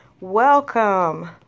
welcome